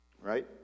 Right